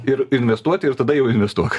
ir investuoti ir tada jau investuok